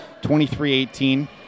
23-18